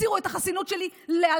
תסירו את החסינות שלי לאלתר.